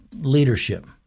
leadership